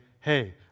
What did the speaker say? hey